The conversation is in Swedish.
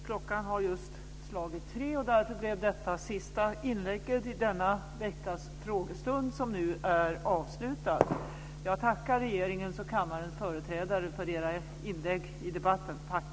Klockan har just slagit tre och därför blev detta det sista inlägget i denna veckas frågestund som nu är avslutad. Jag tackar regeringens och kammarens företrädare för era inlägg i debatten. Tack.